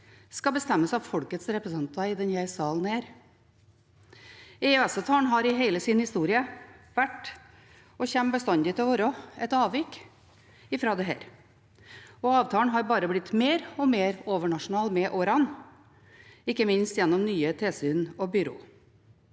skal bestemmes av folkets representanter i denne salen. EØSavtalen har i hele sin historie vært, og kommer bestandig til å være, et avvik fra dette, og avtalen har bare blitt mer og mer overnasjonal med årene, ikke minst gjennom nye tilsyn og byråer.